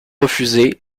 refusée